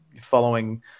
following